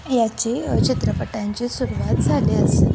याचे चित्रपटांची सुरवात झाली असते